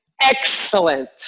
excellent